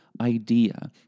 idea